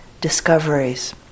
discoveries